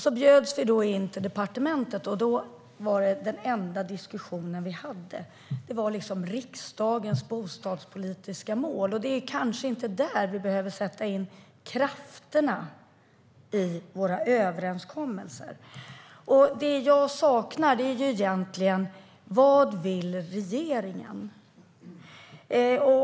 Så bjöds vi då in till departementet, men den enda diskussion vi hade handlade om riksdagens bostadspolitiska mål. Det är kanske inte där vi behöver sätta in krafterna i våra överenskommelser. Det jag saknar är vad regeringen egentligen vill.